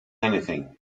anything